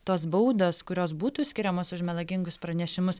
tos baudos kurios būtų skiriamos už melagingus pranešimus